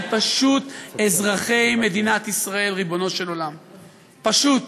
הם פשוט אזרחי מדינת ישראל, ריבונו של עולם, פשוט.